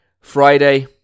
Friday